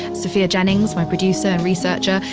sophia jennings, my producer and researcher,